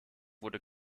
wurde